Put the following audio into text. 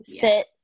sit